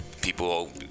People